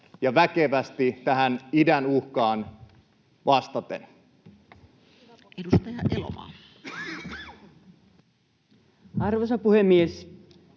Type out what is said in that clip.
ja väkevästi tähän idän uhkaan vastaten. Edustaja Elomaa. Arvoisa puhemies!